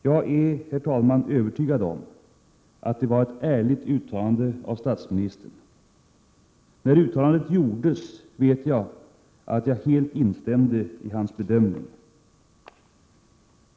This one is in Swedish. Jag är, herr talman, övertygad om att det var ett ärligt uttalande av statsministern, och när uttalandet gjordes vet jag att jag helt instämde i hans bedömning.